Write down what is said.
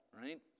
right